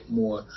more